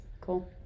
Cool